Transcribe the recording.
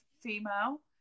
female